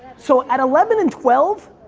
so at eleven and twelve,